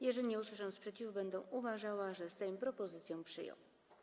Jeżeli nie usłyszę sprzeciwu, będę uważała, że Sejm propozycję przyjął.